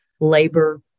labor